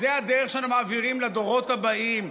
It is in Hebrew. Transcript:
זאת הדרך שאנחנו מעבירים לדורות הבאים,